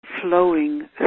flowing